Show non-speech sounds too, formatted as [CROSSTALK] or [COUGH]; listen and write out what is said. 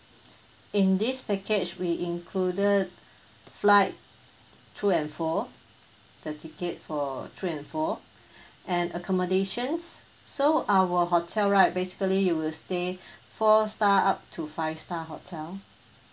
in this package we included flight to and fro the tickets for to and fro [BREATH] and accommodations so our hotel right basically you will stay four star up to five star hotel